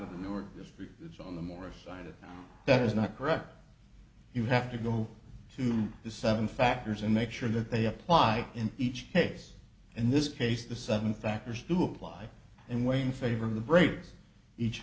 of the norm this is on the morris side of that is not correct you have to go to the seven factors and make sure that they apply in each case in this case the seven factors do apply and weigh in favor of the breaks each